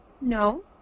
No